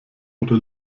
oder